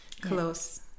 close